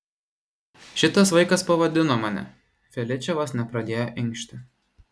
šitas vaikas pavadino mane feličė vos nepradėjo inkšti